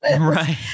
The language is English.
Right